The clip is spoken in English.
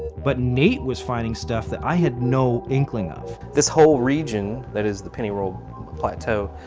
but nate was finding stuff that i had no inkling of. this whole region that is the pennyroyal plateau,